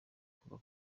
kuva